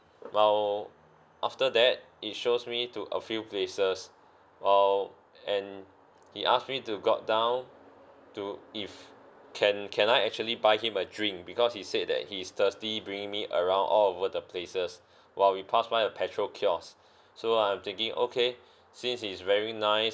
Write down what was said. while after that he shows me to a few places while and he asked me to got down to if can can I actually buy him a drink because he said that he is thirsty bringing me around all over the places while we passed by a petrol kiosk so I'm thinking okay since he is very nice